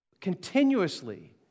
continuously